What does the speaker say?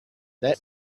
that